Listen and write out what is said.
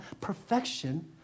perfection